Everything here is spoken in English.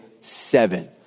seven